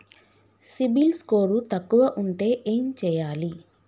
CIBIL score తక్కువ ఉంటే ఏం చేయాలి?